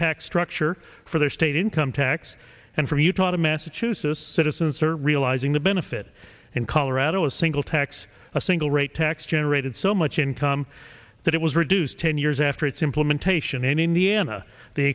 tax structure for state income tax and from utah to massachusetts citizens are realizing the benefit in colorado a single tax a single rate tax generated so much income that it was reduced ten years after its implementation in indiana the